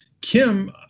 Kim